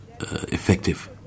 effective